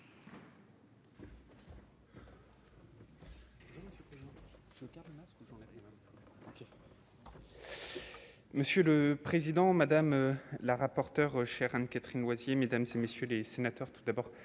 Monsieur le président, madame la rapporteure chers Anne-Catherine voici mesdames, ces messieurs les sénateurs, tout d'abord,